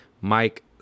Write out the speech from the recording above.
Mike